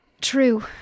True